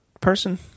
person